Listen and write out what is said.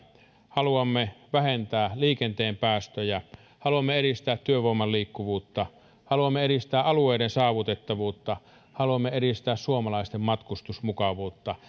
haluamme vähentää liikenteen päästöjä haluamme edistää työvoiman liikkuvuutta haluamme edistää alueiden saavutettavuutta haluamme edistää suomalaisten matkustusmukavuutta